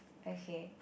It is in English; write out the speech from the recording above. okay